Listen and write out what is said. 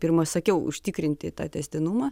pirma sakiau užtikrinti tą tęstinumą